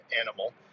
animal